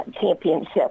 championship